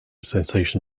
sensation